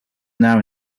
now